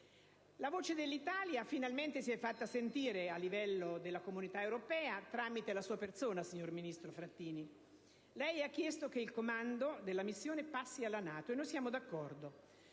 La voce dell'Italia si è finalmente fatta sentire a livello della Comunità europea tramite la sua persona, signor ministro Frattini. Lei ha chiesto che il comando della missione passi alla NATO, e noi siamo d'accordo,